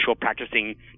practicing